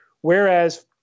whereas